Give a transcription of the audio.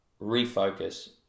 refocus